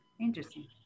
Interesting